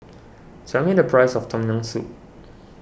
tell me the price of Tom Yam Soup